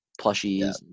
plushies